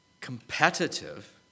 competitive